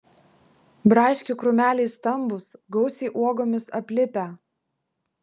braškių krūmeliai stambūs gausiai uogomis aplipę